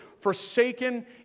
forsaken